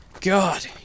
God